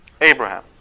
Abraham